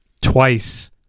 twice